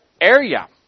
area